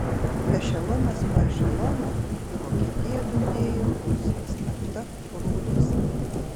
ešelonas po ešelono į vokietiją dundėjo rusijos nafta rūdos